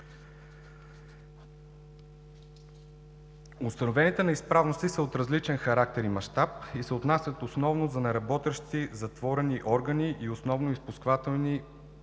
Установените неизправности са от различен характер и мащаб и се отнасят основно за неработещи затворени органи и основно изпусквателни преливници,